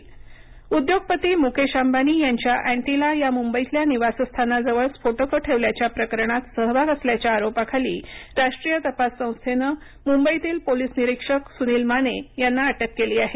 police अटक उद्योगपती मुकेश अंबानी यांच्या अँटिला या मुंबईतल्या निवासस्थानाजवळ स्फोटकं ठेवल्याच्या प्रकरणात सहभाग असल्याच्या आरोपाखाली राष्ट्रीय तपास संस्थेनं मुंबईतील पोलीस निरीक्षक सुनील माने यांना अटक केली आहे